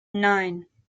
nine